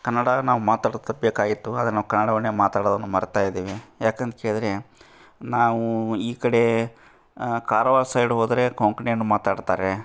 ಕನ್ನಡ ನಾವು ಮಾತಾಡ್ತಾ ಬೇಕಾಗಿತ್ತು ಆದರೆ ನಾವು ಕನ್ನಡವನ್ನೇ ಮಾತಾಡೋದನ್ನು ಮರ್ತಾ ಇದ್ದೀವಿ ಯಾಕಂತ ಹೇಳ್ದ್ರೆ ನಾವು ಈ ಕಡೆ ಕಾರವಾರ್ ಸೈಡ್ ಹೋದ್ರೆ ಕೊಂಕಣಿಯನ್ನು ಮಾತಾಡ್ತಾರೆ